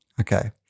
Okay